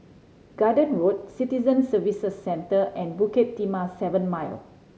Garden Road Citizen Services Centre and Bukit Timah Seven Mile